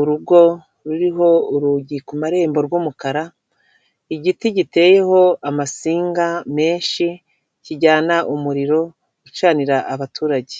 urugo ruriho urugi ku marembo rw'umukara, igiti giteyeho amasinga menshi kijyana umuriro ucanira abaturage.